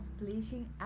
bleaching